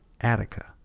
Attica